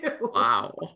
Wow